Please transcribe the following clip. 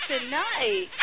tonight